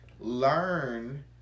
Learn